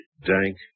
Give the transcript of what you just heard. dank